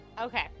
Okay